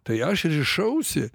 tai aš rišausi